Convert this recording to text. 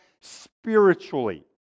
spiritually